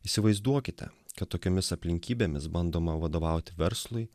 įsivaizduokite kad tokiomis aplinkybėmis bandoma vadovauti verslui